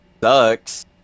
sucks